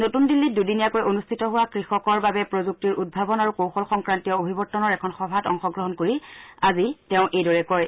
নতুন দিল্লীত দুদিনীয়াকৈ অনুষ্ঠিত হোৱা কৃষকৰ বাবে প্ৰযুক্তিৰ উদ্ভাৱন আৰু কৌশল সংক্ৰান্তীয় অভিৱৰ্তনৰ এখন সভাত অংশগ্ৰহণ কৰি আজি তেওঁ এইদৰে কয়